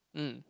mm